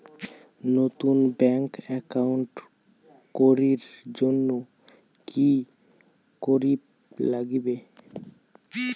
নতুন bank account করির জন্যে কি করিব নাগিবে?